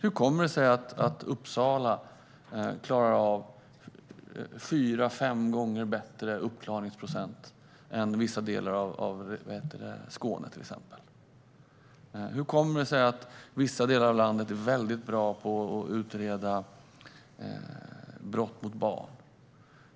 Hur kommer det sig att Uppsala har fyra fem gånger bättre uppklaringsprocent än vissa delar av Skåne? Hur kommer det sig att vissa delar av landet är väldigt bra på att utreda brott mot barn?